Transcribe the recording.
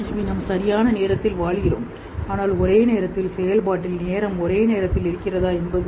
எனவே நாம் சரியான நேரத்தில் வாழ்கிறோம் ஆனால் ஒரே நேரத்தில் செயல்பாட்டில் நேரம் ஒரே நேரத்தில் இருக்கிறதா என்பது